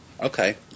Okay